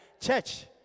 Church